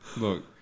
Look